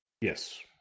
Yes